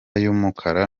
y’umukara